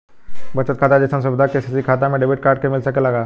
बचत खाता जइसन सुविधा के.सी.सी खाता में डेबिट कार्ड के मिल सकेला का?